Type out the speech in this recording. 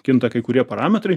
kinta kai kurie parametrai